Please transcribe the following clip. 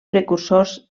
precursors